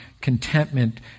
contentment